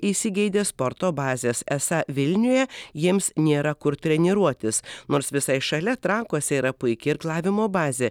įsigeidė sporto bazės esą vilniuje jiems nėra kur treniruotis nors visai šalia trakuose yra puiki irklavimo bazė